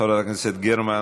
חברת הכנסת גרמן,